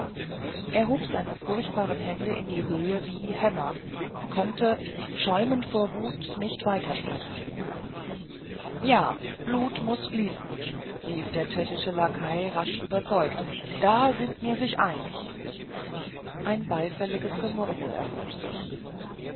er hob seine furchtbaren hände in die höhe wie hämmer konnte schäumend vor wut nicht mehr weitersprechen ja blut muß fließen rief der tschechische lakai rasch überzeugt da sind mir sich einig ein beifälliges gemurmel erhob sich